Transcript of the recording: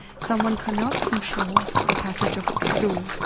someone cannot control the passage of stool.